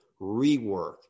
rework